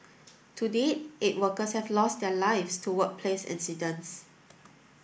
to date eight workers have lost their lives to workplace incidents